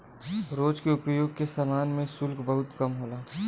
रोज के उपयोग के समान पे शुल्क बहुत कम होला